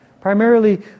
Primarily